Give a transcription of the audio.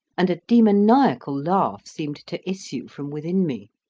and a demoniacal laugh seemed to issue from within me.